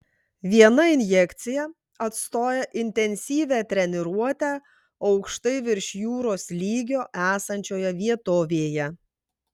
viena injekcija atstoja intensyvią treniruotę aukštai virš jūros lygio esančioje vietovėje